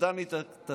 נתן לי את הטלפון,